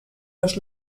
los